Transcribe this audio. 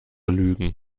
lügen